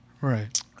Right